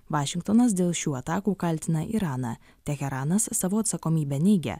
vašingtonas dėl šių atakų kaltina iraną teheranas savo atsakomybę neigia